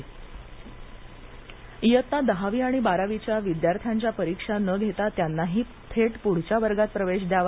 राज ठाकरे मंबई इयत्ता दहावी आणि बारावीच्या विद्यार्थ्यांच्या परिक्षा न घेता त्यांनाही थेट पुढच्या वर्गात प्रवेश द्यावा